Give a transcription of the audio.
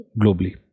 globally